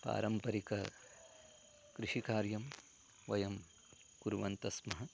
पारम्परिककृषिकार्यं वयं कुर्वन्तः स्मः